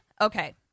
okay